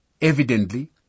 Evidently